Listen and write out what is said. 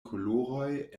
koloroj